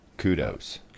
kudos